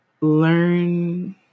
learn